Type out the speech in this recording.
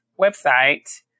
website